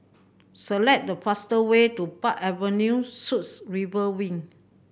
select the fastest way to Park Avenue Suites River Wing